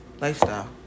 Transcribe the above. lifestyle